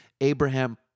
Abraham